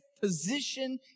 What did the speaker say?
position